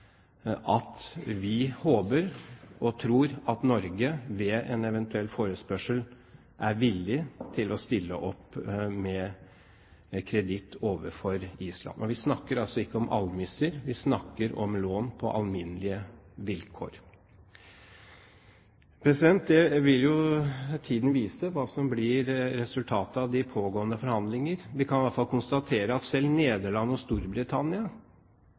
vi håper og tror at Norge ved en eventuell forespørsel er villig til å stille opp med kreditt overfor Island. Og vi snakker altså ikke om almisser, vi snakker om lån på alminnelige vilkår. Tiden vil vise hva som blir resultatet av de pågående forhandlinger. Vi kan i hvert fall konstatere at selv Nederland og Storbritannia